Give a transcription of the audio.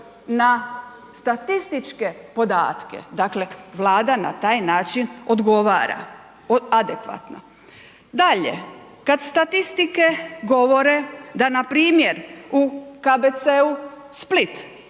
na statističke podatke, dakle Vlada na taj način odgovara adekvatno. Dalje, kad statistike govore da na primjer u KBC-u Split